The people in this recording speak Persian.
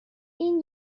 این